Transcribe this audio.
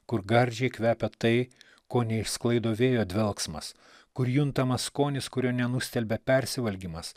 kur gardžiai kvepia tai ko neišsklaido vėjo dvelksmas kur juntamas skonis kurio nenustelbia persivalgymas